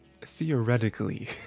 theoretically